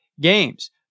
games